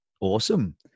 Awesome